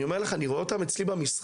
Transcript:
אני אומר לך, אני רואה אותם אצלי במשרד.